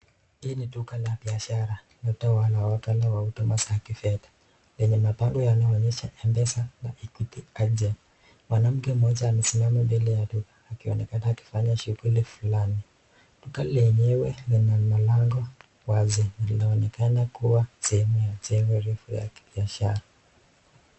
Hili ni duka la biashara linatoa kadha wa kadha wa huduma za kifedha, lenye mabango yanayoonyesha M-pesa na Equity Ageny .Mwanamke mmoja amesimama mbele ya duka akionekana akifanya shughuli fulani. Dika lenyewe lina mlango wazi linaloonekana kua sehemu ya jengo refu ya kibiashara.